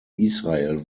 israel